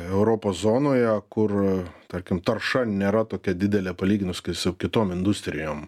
europos zonoje kur tarkim tarša nėra tokia didelė palyginus kai su kitom industrijom